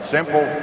Simple